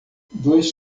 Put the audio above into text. dois